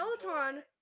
Peloton